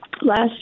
last